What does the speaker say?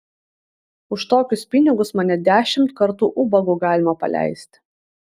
už tokius pinigus mane dešimt kartų ubagu galima paleisti